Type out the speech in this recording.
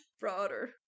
broader